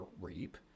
reap